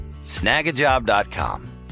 snagajob.com